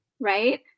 right